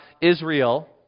Israel